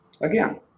again